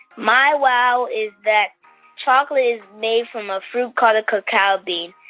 my wow is that chocolate is made from a fruit called a cacao bean.